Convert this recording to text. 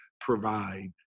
provide